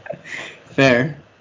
Fair